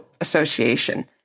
Association